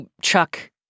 Chuck